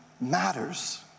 matters